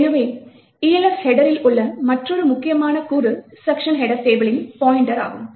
எனவே Elf ஹெட்டரில் உள்ள மற்றொரு முக்கியமான கூறு செக்க்ஷன் ஹெட்டர் டேபிளின் பாய்ண்ட்டர் ஆகும்